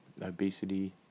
obesity